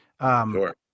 Sure